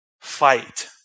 fight